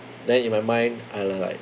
then in my mind I am like